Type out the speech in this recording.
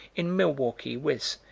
in milwaukee, wis,